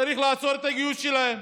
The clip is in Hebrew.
צריך לעצור את הגיוס שלהם,